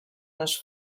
les